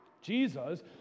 Jesus